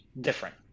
different